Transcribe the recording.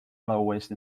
lowest